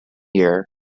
year